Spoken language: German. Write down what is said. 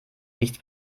nichts